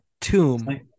tomb